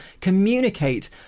communicate